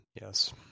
Yes